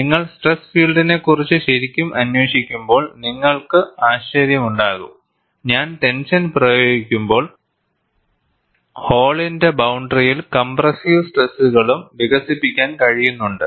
നിങ്ങൾ സ്ട്രെസ് ഫീൽഡിനെക്കുറിച്ച് ശരിക്കും അന്വേഷിക്കുമ്പോൾ നിങ്ങൾക്കും ആശ്ചര്യമുണ്ടാകും ഞാൻ ടെൻഷൻ പ്രയോഗിക്കുമ്പോൾ ഹോളിന്റെ ബൌണ്ടറിയിൽ കംപ്രസ്സീവ് സ്ട്രെസ്സുകളും വികസിപ്പിക്കാൻ കഴിയുന്നുണ്ട്